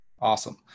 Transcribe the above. Awesome